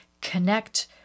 connect